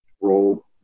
role